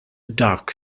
dark